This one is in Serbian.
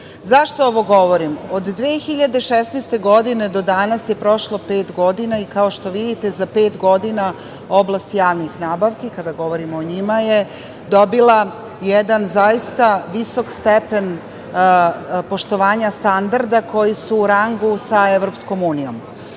ovo govorim? Od 2016. godine do danas je prošlo pet godina i kao što vidite, za pet godina oblast javnih nabavki, kada govorimo o njima, je dobila jedan zaista visok stepen poštovanja standarda koji su u rangu sa EU.